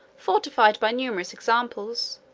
fortified by numerous examples,